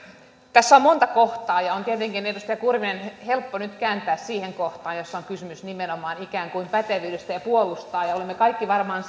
tässä on monta kohtaa ja on tietenkin edustaja kurvinen helppo nyt kääntää siihen kohtaan jossa on kysymys nimenomaan ikään kuin pätevyydestä ja puolustaa olemme kaikki varmaan